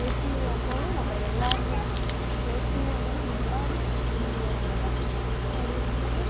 வேற்றுமையாக இருந்தாலும் நம்ப எல்லாருமே வேற்றுமையாக இருந்தாலும் நம்ப எல்லாருமே இந்தியர்கள் தான் அப்படி இருக்கும்மோது